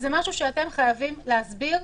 זה דבר שאתם חייבים להסביר.